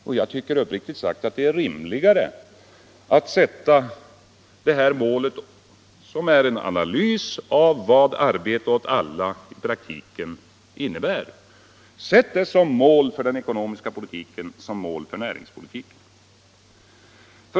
Den metoden — som är en analys av vad arbete åt alla i praktiken innebär — tycker jag uppriktigt sagt det är rimligare att ni sätter som mål för den ekonomiska politiken, för näringspolitiken.